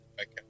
Okay